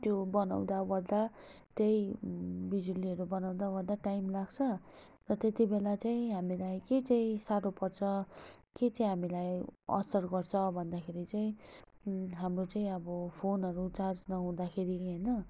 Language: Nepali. त्यो बनाउँदा ओर्दा त्यही बिजुलीहरू बनाउँदा ओर्दा टाइम लाग्छ र त्यतिबेला चाहिँ हामीलाई के चाहिँ साह्रो पर्छ के चाहिँ हामीलाई असर गर्छ भन्दाखेरि चाहिँ हाम्रो चाहिँ अब फोनहरू चार्ज नहुँदाखेरि होइन